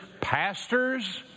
pastors